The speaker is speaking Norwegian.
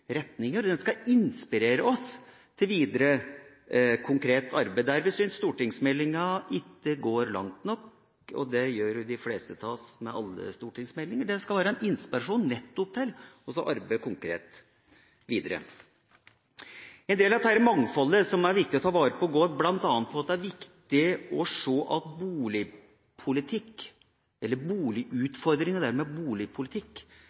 og den skal inspirere oss til videre konkret arbeid der vi ikke syns stortingsmeldinga går langt nok – og det gjør de fleste av oss med alle stortingsmeldinger. Den skal være en inspirasjon nettopp til å arbeide konkret videre. En del av dette mangfoldet som er viktig å ta vare på, går bl.a. på at det er viktig å se at boligutfordringer og dermed boligpolitikk